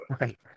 Right